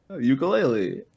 Ukulele